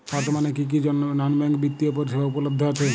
বর্তমানে কী কী নন ব্যাঙ্ক বিত্তীয় পরিষেবা উপলব্ধ আছে?